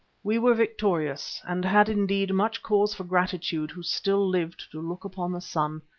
we were victorious, and had indeed much cause for gratitude who still lived to look upon the sun.